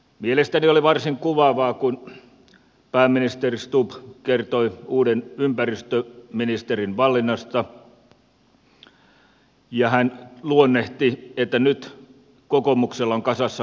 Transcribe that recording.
mielestäni oli varsin kuvaavaa kun pääministeri stubb kertoi uuden ympäristöministerin valinnasta ja hän luonnehti että nyt kokoomuksella on kasassa hyvä vaalitiimi